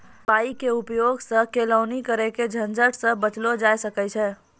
दवाई के उपयोग सॅ केलौनी करे के झंझट सॅ बचलो जाय ल सकै छै